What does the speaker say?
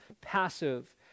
passive